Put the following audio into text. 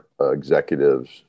executives